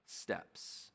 steps